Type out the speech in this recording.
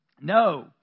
No